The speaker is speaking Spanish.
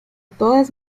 todas